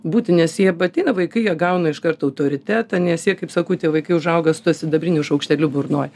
būti nes jie ateina vaikai jie gauna iškart autoritetą nes jie kaip sakau tie vaikai užauga su tuo sidabriniu šaukšteliu burnoj